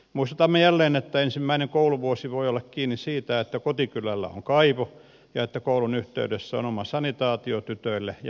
muistutamme jälleen että ensimmäinen kouluvuosi voi olla kiinni siitä että kotikylällä on kaivo ja että koulun yhteydessä on oma sanitaatio tytöille ja pojille